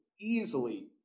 easily